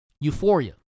Euphoria